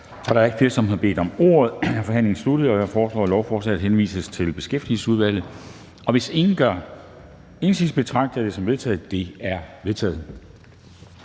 Da der ikke er flere, som har bedt om ordet, er forhandlingen sluttet. Jeg foreslår, at lovforslaget henvises til Beskæftigelsesudvalget. Hvis ingen gør indsigelse, betragter jeg det som vedtaget. Det er vedtaget.